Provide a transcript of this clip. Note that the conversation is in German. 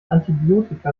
antibiotika